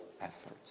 effort